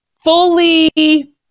fully